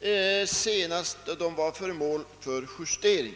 sedan det senast var föremål för justering.